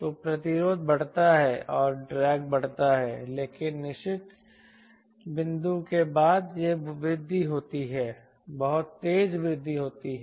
तो प्रतिरोध बढ़ता है और ड्रैग बढ़ता है लेकिन निश्चित बिंदु के बाद यह वृद्धि होती है बहुत तेज वृद्धि होती है